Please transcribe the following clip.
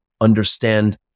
understand